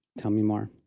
tell me more.